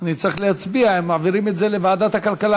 אני צריך להצביע אם מעבירים את זה לוועדת הכלכלה,